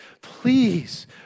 please